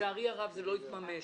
לצערי הרב זה לא התממש,